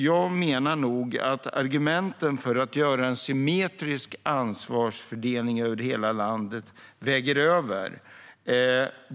Jag menar att argumenten för att göra en symmetrisk ansvarsfördelning över hela landet väger över.